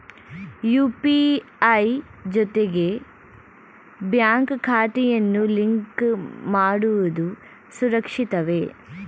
UPI ಜೊತೆಗೆ bank ಖಾತೆಯನ್ನು link ಮಾಡುವುದು ಸುರಕ್ಷಿತವೇ?